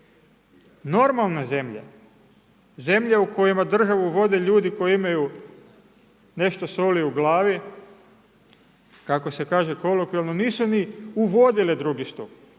Normalne zemlje, zemlje u kojima državu vode ljudi koji imaju nešto soli u glavi, kako se kaže kolokvijalno, nisu ni uvodile II stup,